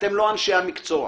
לא אנשי המקצוע.